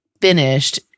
finished